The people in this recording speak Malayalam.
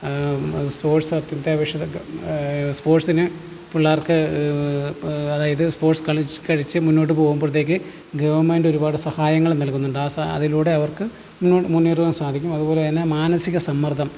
സ്പോർട്സ് അത്യന്താപേക്ഷിതം സ്പോർട്സിന് പിള്ളേർക്ക് അതായത് സ്പോർട്സ് കളിച്ച് കളിച്ച് മുന്നോട്ട് പോകുമ്പോഴത്തേക്ക് ഗവൺമെൻറ്റ് ഒരുപാട് സഹായങ്ങള് നൽകുന്നുണ്ട് ആ സ അതിലൂടെ അവർക്ക് മുന്നേറുവാൻ സാധിക്കും അതുപോലെതന്നെ മാനസിക സമ്മർദ്ദം